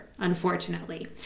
unfortunately